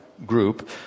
group